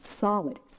solid